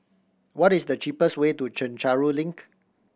what is the cheapest way to Chencharu Link